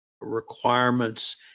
requirements